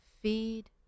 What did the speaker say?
feed